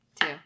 two